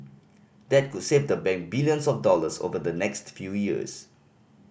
that could save the bank billions of dollars over the next few years